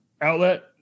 outlet